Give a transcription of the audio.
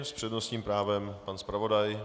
S přednostním právem pan zpravodaj.